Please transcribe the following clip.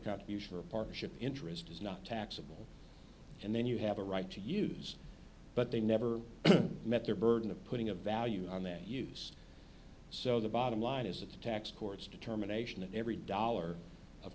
you for a partnership interest is not taxable and then you have a right to use but they never met their burden of putting a value on their use so the bottom line is the tax court's determination of every dollar of